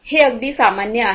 हे अगदी सामान्य आहेत